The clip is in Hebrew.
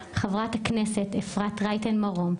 חברת הכנסת אפרת רייטן מרום,